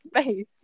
space